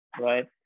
right